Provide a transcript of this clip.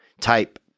Type